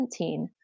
2017